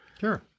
Sure